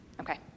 Okay